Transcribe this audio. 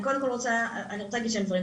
אני רוצה להגיד שני דברים.